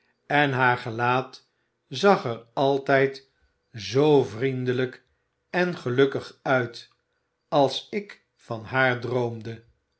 en haar gelaat zag er altijd zoo vriendelijk en gelukkig uit als ik van haar droomde